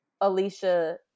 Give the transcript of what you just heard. Alicia